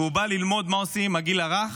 והוא בא ללמוד מה עושים עם הגיל הרך.